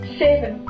seven